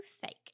fake